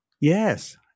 Yes